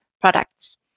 products